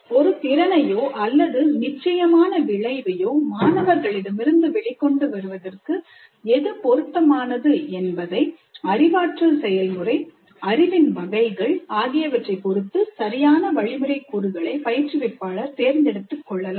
ஒரு திறனையோ அல்லது நிச்சயமான விளைவையோ மாணவர்களிடமிருந்து வெளிக்கொண்டு வருவதற்கு எது பொருத்தமானது என்பதை அறிவாற்றல் செயல்முறை அறிவின் வகைகள் ஆகியவற்றை பொருத்து சரியான வழிமுறை கூறுகளை பயிற்றுவிப்பாளர் தேர்ந்தெடுத்துக் கொள்ளலாம்